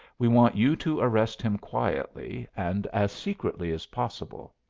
we want you to arrest him quietly, and as secretly as possible.